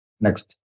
Next